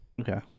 Okay